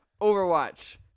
Overwatch